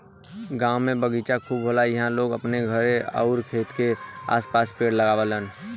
गांव में बगीचा खूब होला इहां लोग अपने घरे आउर खेत के आस पास पेड़ लगावलन